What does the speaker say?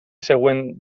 següent